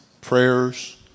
prayers